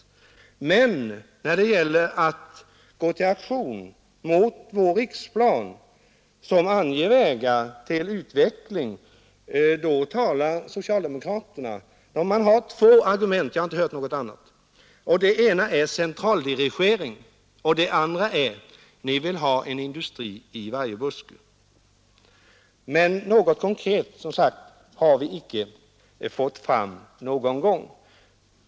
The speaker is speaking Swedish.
Men när det gäller att gå till aktion mot vår riksplan, som anger vägar till utveckling, använder socialdemokraterna två argument. Jag har inte hört några andra. Det ena är centraldirigering och det andra är att centern vill ha en industri i varje buske. Men något konkret har de som sagt inte fått fram någon gång.